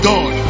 God